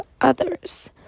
others